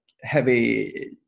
heavy